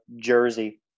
Jersey